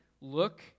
look